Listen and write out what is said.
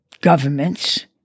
governments